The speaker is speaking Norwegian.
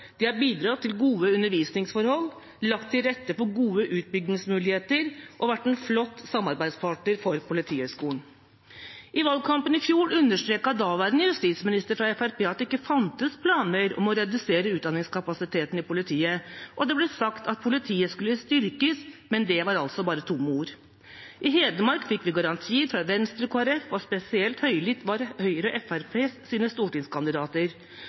De har bidratt til gode undervisningsforhold, lagt til rette for gode utbyggingsmuligheter og vært en flott samarbeidspartner for politiet. I valgkampen i fjor understreket daværende justisminister fra Fremskrittspartiet at det ikke fantes planer om å redusere utdanningskapasiteten i politiet, og det ble sagt at politiet skulle styrkes. Men det var altså bare tomme ord. I Hedmark fikk vi garantier fra Venstre og Kristelig Folkeparti, og spesielt høylytte var Høyres og Fremskrittspartiets stortingskandidater: